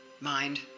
mind